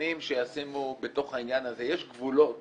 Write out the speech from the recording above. המשפטנים שישימו בתוך העניין הזה, יש גבולות